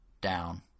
down